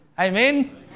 Amen